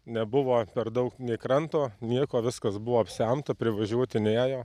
nebuvo per daug nei kranto nieko viskas buvo apsemta privažiuoti nėjo